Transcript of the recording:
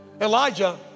Elijah